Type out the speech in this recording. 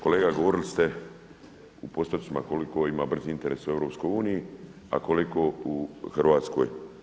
Kolega govorili ste u postocima koliko tko ima brzi internet u EU a koliko u Hrvatskoj.